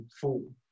full